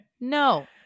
No